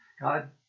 God